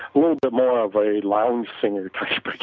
little bit more of a loud-singer type,